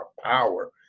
power